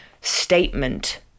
statement